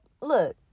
look